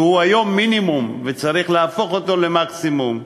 שהוא היום מינימום וצריך להפוך אותו למקסימום,